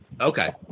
Okay